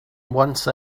once